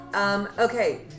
Okay